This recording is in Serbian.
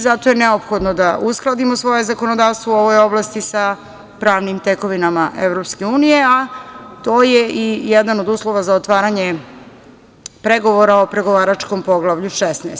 Zato je neophodno da uskladimo svoje zakonodavstvo u ovoj oblasti sa pravnim tekovinama EU, a to je i jedan od uslova za otvaranje pregovora o pregovaračkom Poglavlju 16.